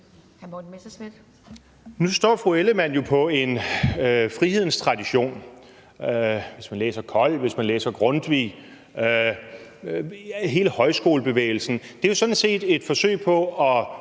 Nu står fru Karen Ellemann jo på en frihedstradition. Hvis man læser Kold, hvis man læser Grundtvig, ja, hvis man ser på hele højskolebevægelsen, så er det jo sådan set et forsøg på at